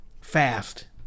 fast